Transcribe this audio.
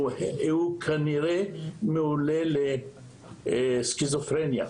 כנראה מעולה לסכיזופרניה,